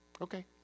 Okay